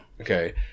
Okay